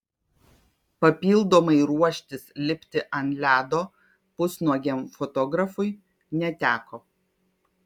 papildomai ruoštis lipti ant ledo pusnuogiam fotografui neteko